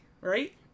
right